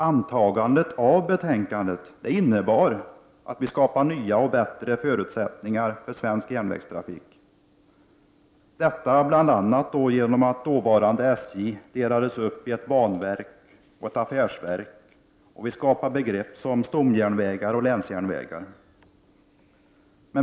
Antagandet av betänkandet innebar att vi skapade nya och bättre förutsättningar för svensk järnvägstrafik — detta bl.a. genom att dåvarande SJ delades upp i ett banverk och ett affärsverk. Vi skapade också begreppen stomjärnvägar och länsjärnvägar.